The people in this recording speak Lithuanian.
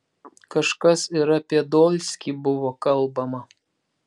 kažkas ir apie dolskį buvo kalbama